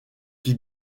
qui